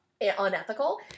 unethical